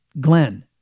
glenn